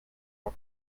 had